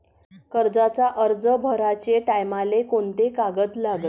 कर्जाचा अर्ज भराचे टायमाले कोंते कागद लागन?